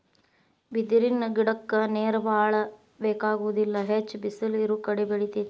ಬಿದಿರ ಗಿಡಕ್ಕ ನೇರ ಬಾಳ ಬೆಕಾಗುದಿಲ್ಲಾ ಹೆಚ್ಚ ಬಿಸಲ ಇರುಕಡೆ ಬೆಳಿತೆತಿ